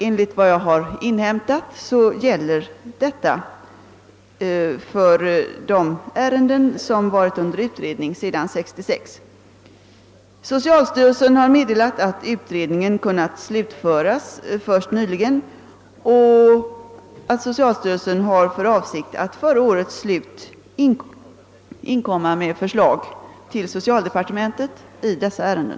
Enligt vad jag har inhämtat gäller detta för de ärenden som varit under utredning sedan 1966. Socialstyrelsen har meddelat att utredningen kunnat slutföras först nyligen och att styrelsen har för avsikt att före årets Slut inkomma med förslag till socialdepartementet i dessa ärenden.